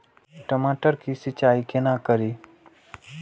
टमाटर की सीचाई केना करी?